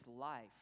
life